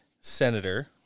Senator